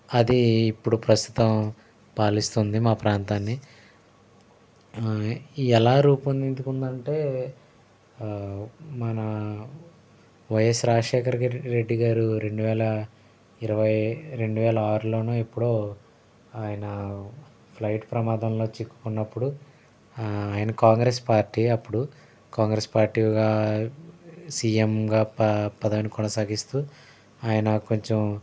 అది ఇప్పుడు ప్రస్తుతం పాలిస్తుంది మా ప్రాంతాన్ని ఎలా రూపుదిద్దుకుంది అంటే మన వైఎస్ రాజశేఖర్ రెడ్డి గారు రెండు వేల ఇరవై రెండు వేల ఆరులోనో ఎప్పుడో ఆయన ఫ్లైట్ ప్రమాదంలో చిక్కుకున్నప్పుడు ఆయన కాంగ్రెస్ పార్టీ అప్పుడు కాంగ్రెస్ పార్టీగా సీఎంగా ప పదవిని కొనసాగిస్తూ ఆయన కొంచెం